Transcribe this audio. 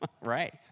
Right